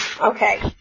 okay